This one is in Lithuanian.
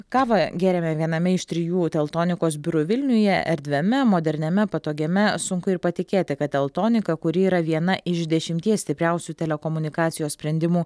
kavą gėrėme viename iš trijų teltonikos biurų vilniuje erdviame moderniame patogiame sunku ir patikėti kad teltonika kuri yra viena iš dešimties stipriausių telekomunikacijos sprendimų